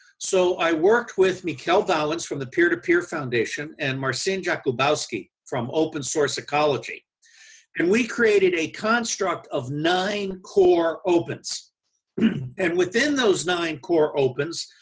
so, i worked with michel bauwens from the peer to peer foundation and marcin jacobowski from open source ecology and we created a construct of nine core opens and within those nine core opens,